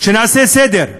שנעשה סדר,